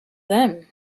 them